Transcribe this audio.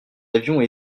avions